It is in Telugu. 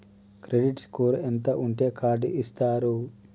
క్రెడిట్ స్కోర్ ఎంత ఉంటే కార్డ్ ఇస్తారు?